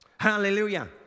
Hallelujah